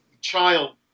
child